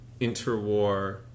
interwar